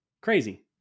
crazy